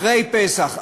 אחרי פסח,